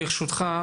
ברשותך,